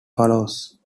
follows